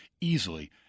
easily